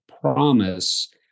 promise